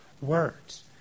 words